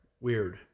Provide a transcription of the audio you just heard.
weird